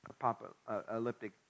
apocalyptic